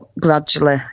gradually